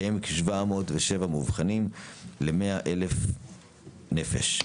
שהם כ-707 מאובחנים ל-100,000 נפש.